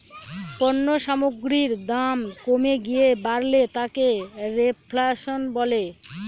পণ্য সামগ্রীর দাম কমে গিয়ে বাড়লে তাকে রেফ্ল্যাশন বলে